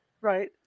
Right